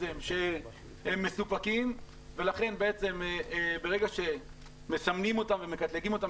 ולכן ברגע שמסמנים אותם ומקטלגים אותם,